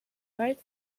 right